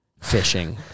fishing